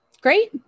Great